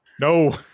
No